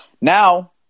Now